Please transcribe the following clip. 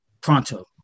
pronto